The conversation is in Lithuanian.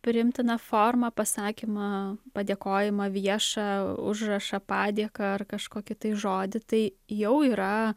priimtiną formą pasakymą padėkojimą viešą užrašą padėką ar kažkokį tai žodį tai jau yra